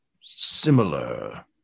similar